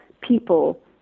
people